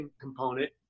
component